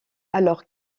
alors